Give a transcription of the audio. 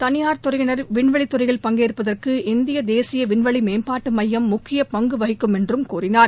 தனியார் துறையினர் விண்வெளி துறையில் பங்கேற்பதற்கு இந்திய தேசிய விண்வெளி மேம்பாட்டு மையம் முக்கிய பங்கு விகிக்கும் என்று தெரிவித்தார்